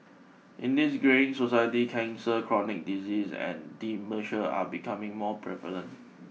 in this greying society cancer chronic disease and dementia are becoming more prevalent